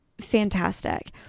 fantastic